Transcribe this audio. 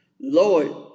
Lord